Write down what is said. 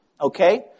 Okay